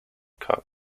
cup